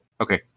Okay